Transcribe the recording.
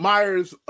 Myers